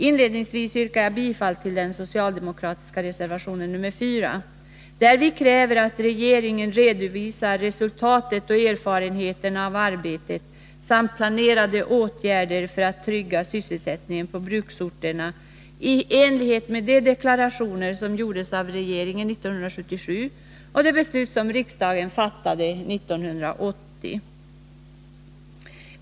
Inledningsvis yrkar jag bifall till den socialdemokratiska reservationen 4, där vi kräver att regeringen redovisar resultatet och erfarenheterna av arbetet samt planerade åtgärder för att trygga sysselsättningen på bruksorterna i enlighet med de deklarationer som gjordes av regeringen 1977 och det beslut som riksdagen fattade 1980.